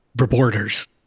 reporters